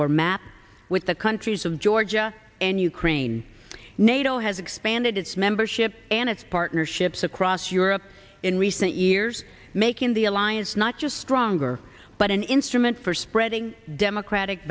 or map with the countries of georgia and ukraine nato has expanded membership and its partnerships across europe in recent years making the alliance not just stronger but an instrument for spreading democratic